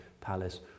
palace